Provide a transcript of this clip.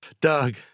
Doug